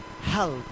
help